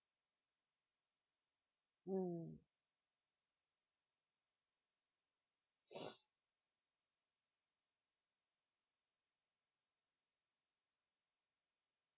mm